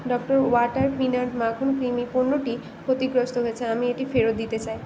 doctor water peanut মাখন creamy পণ্যটি ক্ষতিগ্রস্ত হয়েছে আমি এটি ফেরত দিতে চাই